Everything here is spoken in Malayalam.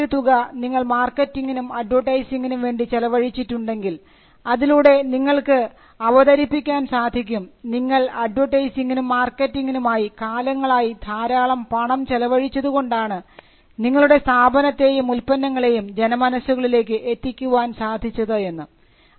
ഗണ്യമായൊരു തുക നിങ്ങൾ മാർക്കറ്റിങ്ങിനും അഡ്വർടൈസിങിനും വേണ്ടി ചെലവഴിച്ചിട്ടുണ്ടെങ്കിൽ അതിലൂടെ നിങ്ങൾക്ക് അവതരിപ്പിക്കാൻ സാധിക്കും നിങ്ങൾ അഡ്വർടൈസിംഗിനും മാർക്കറ്റിംഗിനും ആയി കാലങ്ങളായി ധാരാളം പണം ചെലവഴിച്ചതു കൊണ്ടാണ് നിങ്ങളുടെ സ്ഥാപനത്തെയും ഉൽപ്പന്നങ്ങളെയും ജനമനസ്സുകളിലേക്ക് എത്തിക്കുവാൻ സാധിച്ചത് എന്ന്